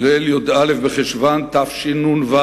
בליל י"א בחשוון תשנ"ו,